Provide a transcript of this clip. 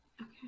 Okay